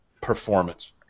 performance